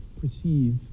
perceive